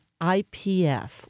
IPF